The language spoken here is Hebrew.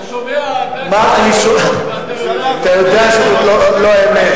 אתה שומע הרבה, אתה יודע שלא אמת.